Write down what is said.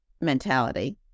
mentality